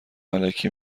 الکی